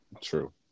True